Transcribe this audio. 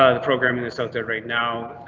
ah the programming is out there right now.